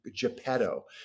geppetto